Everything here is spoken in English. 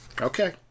Okay